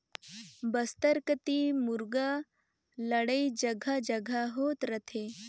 बस्तर कति मुरगा लड़ई जघा जघा होत रथे